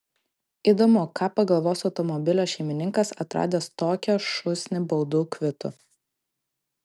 įdomu ką pagalvos automobilio šeimininkas atradęs tokią šūsnį baudų kvitų